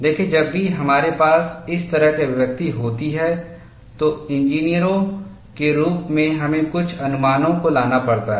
देखें जब भी हमारे पास इस तरह की अभिव्यक्ति होती है तो इंजीनियरों के रूप में हमें कुछ अनुमानों को लाना पड़ता है